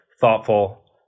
thoughtful